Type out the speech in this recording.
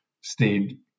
stayed